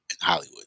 Hollywood